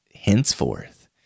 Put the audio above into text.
henceforth